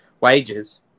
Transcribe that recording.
wages